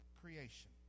creation